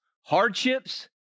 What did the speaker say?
hardships